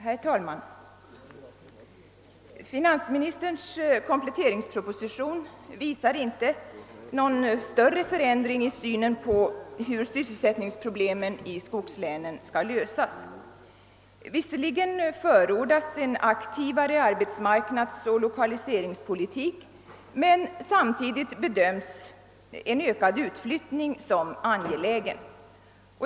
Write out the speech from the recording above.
Herr talman! Finansministerns kompletteringsproposition visar inte någon större förändring i synen på hur sysselsättningsproblemen i skogslänen skall lösas. Visserligen förordas en aktivare arbetsmarknadsoch lokaliseringspolitik men samtidigt bedöms en ökad utflyttning som angelägen.